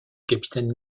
capitaine